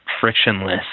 frictionless